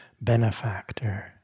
benefactor